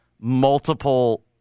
multiple